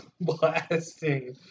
blasting